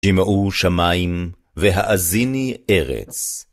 שימעו שמיים, והאזיני ארץ.